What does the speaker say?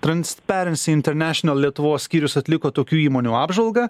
transperins internešinal lietuvos skyrius atliko tokių įmonių apžvalgą